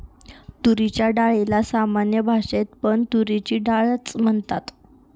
तुरीच्या डाळीला सामान्य भाषेत पण तुरीची डाळ च म्हणतात